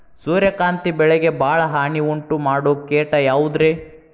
ಸೂರ್ಯಕಾಂತಿ ಬೆಳೆಗೆ ಭಾಳ ಹಾನಿ ಉಂಟು ಮಾಡೋ ಕೇಟ ಯಾವುದ್ರೇ?